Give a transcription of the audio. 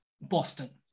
Boston